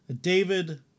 David